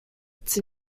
its